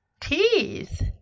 teeth